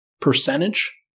percentage